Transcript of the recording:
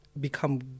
become